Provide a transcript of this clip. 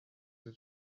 the